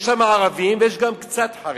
יש שם ערבים ויש גם קצת חרדים,